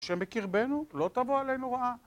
ה' בקרבנו, לא תבוא עלינו רעה